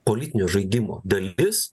politinio žaidimo dalis